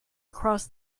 across